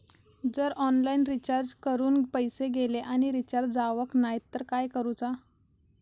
जर online recharge करून पैसे गेले आणि रिचार्ज जावक नाय तर काय करूचा?